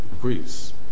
Greece